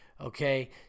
Okay